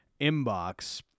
inbox